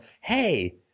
hey